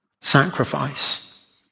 sacrifice